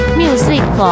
music